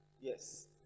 Yes